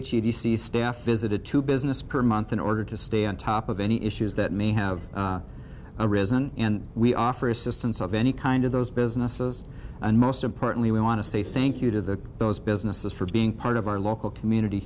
vici d c staff visited two business per month in order to stay on top of any issues that may have arisen and we offer assistance of any kind of those businesses and most importantly we want to say thank you to those businesses for being part of our local community